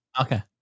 okay